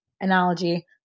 Analogy